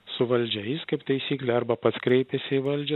su valdžia jis kaip taisyklė arba pats kreipiasi į valdžią